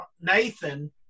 Nathan